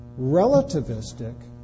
relativistic